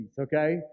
Okay